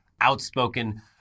outspoken